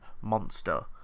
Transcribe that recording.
monster